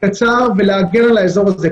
קצר ולהגן על האזור הזה.